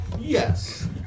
Yes